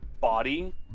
body